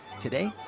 today,